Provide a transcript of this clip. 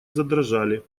задрожали